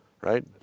right